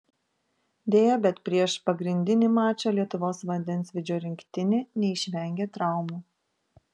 deja bet prieš pagrindinį mačą lietuvos vandensvydžio rinktinė neišvengė traumų